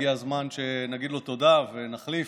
הגיע הזמן שנגיד לו תודה ונחליף.